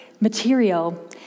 material